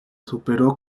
superó